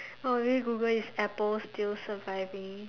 oh maybe Google is apple still surviving